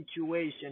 situation